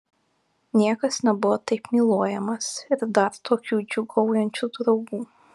niekas nebuvo taip myluojamas ir dar tokių džiūgaujančių draugų